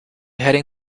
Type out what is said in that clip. heading